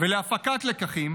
ולהפקת לקחים,